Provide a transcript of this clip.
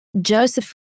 Joseph